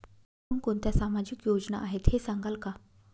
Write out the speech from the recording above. कोणकोणत्या सामाजिक योजना आहेत हे सांगाल का?